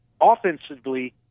offensively